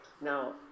Now